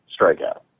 strikeout